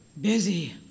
busy